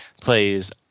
plays